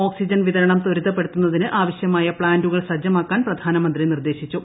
oxygen വിതരണം ത്വരിതപ്പെടുത്തുന്നതിന് ആവശ്യമായ പ്ലാന്റുകൾ സജ്ജമാക്കാൻ പ്രധാനമന്ത്രി നിർദ്ദേശിച്ചു